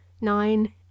nine